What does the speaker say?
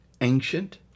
ancient